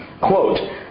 Quote